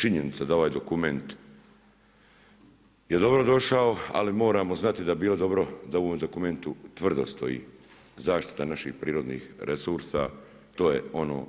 Činjenica da ovaj dokument je dobrodošao, ali moramo znati da bi bilo dobro da u ovom dokumentu tvrdo stoji zaštita naših prirodnih resursa, to je ono